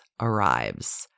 arrives